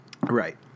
Right